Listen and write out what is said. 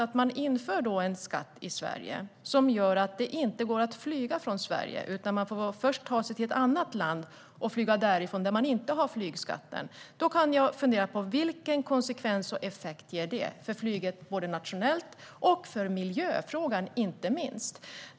Om man inför en skatt i Sverige som gör att det inte går att flyga från Sverige utan man först får ta sig till ett annat land där man inte har flygskatten och flyga därifrån, då kan jag fundera på: Vilken konsekvens och effekt ger det för flyget nationellt och inte minst för miljöfrågan?